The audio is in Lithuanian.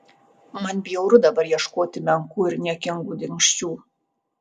man bjauru dabar ieškoti menkų ir niekingų dingsčių